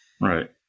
right